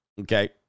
Okay